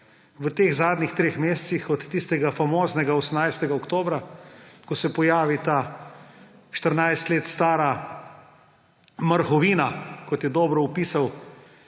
v teh zadnjih treh mesecih od tistega famoznega 18. oktobra, ko se pojavi ta 14 let stara mrhovina, kot je dobro opisal